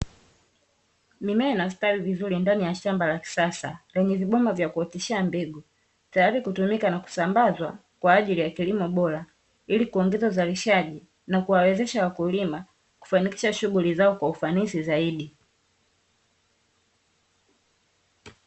Mimea inastawi vizuri ndani ya shamba la kisasa, lenye vibomba vya kuoteshea mbegu, tayari kutumika na kusambazwa kwa ajili ya kilimo bora, ili kuongeza uzalishaji na kuwawezesha wakulima kufanikisha shughuli zao kwa ufanisi zaidi.